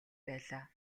байлаа